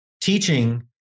teaching